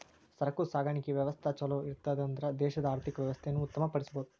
ಸರಕು ಸಾಗಾಣಿಕೆಯ ವ್ಯವಸ್ಥಾ ಛಲೋಇತ್ತನ್ದ್ರ ದೇಶದ ಆರ್ಥಿಕ ವ್ಯವಸ್ಥೆಯನ್ನ ಉತ್ತಮ ಪಡಿಸಬಹುದು